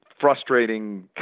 frustrating